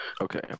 Okay